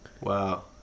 Wow